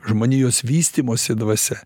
žmonijos vystymosi dvasia